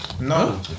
No